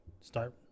start